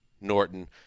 Norton